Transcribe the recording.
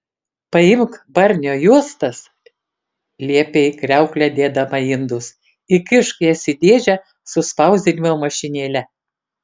paimk barnio juostas liepė į kriauklę dėdama indus įkišk jas į dėžę su spausdinimo mašinėle